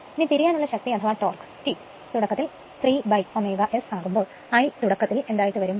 ഇനി തിരിയാൻ ഉള്ള ശക്തി അഥവാ ടോർക് T തുടക്കത്തിൽ 3 S ആകുമ്പോൾ I തുടക്കത്തിൽ 2 r2ആയിരിക്കും